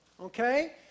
okay